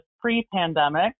pre-pandemic